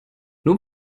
nur